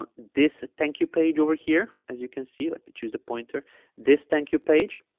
um this thank you page over here as you can see let me choose the pointer this thank you page